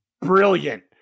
Brilliant